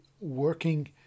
working